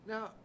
Now